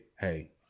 hey